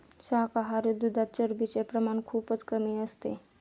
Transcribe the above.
शाकाहारी दुधात चरबीचे प्रमाण खूपच कमी असते